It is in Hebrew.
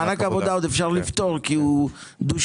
מענק עבודה עוד אפשר לפתור כי הוא דו-שנתי,